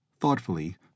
Thoughtfully